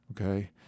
Okay